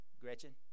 Gretchen